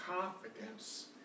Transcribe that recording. confidence